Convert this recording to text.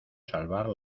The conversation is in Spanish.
salvar